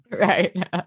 Right